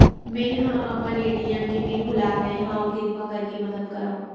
मेंहा अपन ए.टी.एम के पिन भुला गए हव, किरपा करके मदद करव